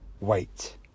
wait